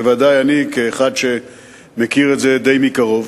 בוודאי לי כאחד שמכיר את זה די מקרוב.